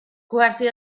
quasi